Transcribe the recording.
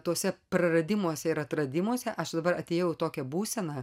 tuose praradimuose ir atradimuose aš dabar atėjau į tokią būseną